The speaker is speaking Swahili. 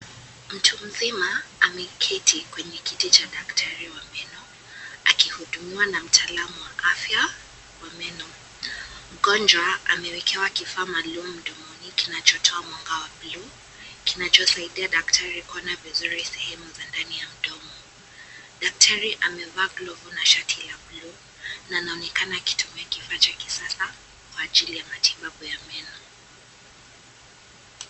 Mtu mzima ameketi kwenye kiti cha daktari wa meno akihudumiwa na mtaalamu wa afya wa meno mgonjwa amewekewa kifaa maalumu mdomoni kinachotoa mwanga wa bluu kinacho saidia daktari kuona vizuri sehemu za ndani ya mdomo daktari amevaa glavu na shati la bluu na anaonekana akitumia kifaa cha kisasa kwa ajili ya matibabu ya meno.